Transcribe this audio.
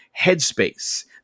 headspace